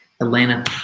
Atlanta